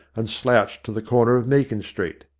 and slouched to the corner of meakin street.